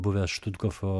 buvęs štuthofo